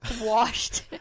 washed